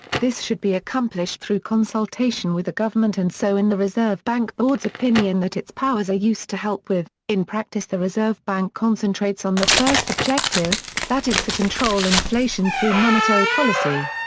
this should be accomplished through consultation with the government and so in the reserve bank board's opinion that its powers are used to help with in practice the reserve bank concentrates on the first objective, that is to control inflation through monetary policy.